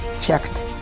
checked